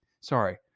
sorry